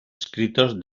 escritos